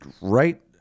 right